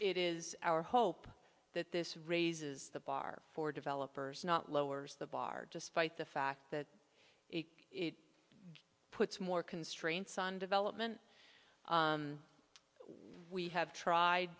it is our hope that this raises the bar for developers not lowers the bar despite the fact that it puts more constraints on development we have tried